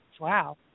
Wow